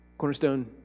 Cornerstone